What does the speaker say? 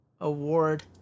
award